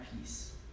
peace